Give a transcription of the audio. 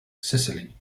sicily